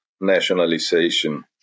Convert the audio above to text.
Nationalization